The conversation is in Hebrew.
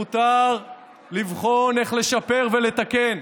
מותר לבחון איך לשפר ולתקן,